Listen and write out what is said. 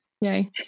yay